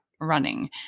running